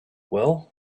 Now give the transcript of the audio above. well